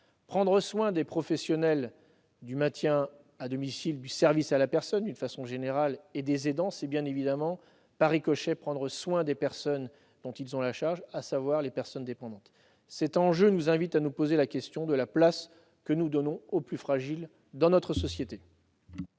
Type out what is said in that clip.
Prendre soin des professionnels du maintien à domicile et du service à la personne en général, c'est prendre soin, par ricochet, des personnes dont ils ont la charge, à savoir les personnes dépendantes. Cet enjeu nous invite à nous poser la question de la place que nous voulons donner aux plus fragiles dans notre société.